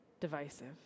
divisive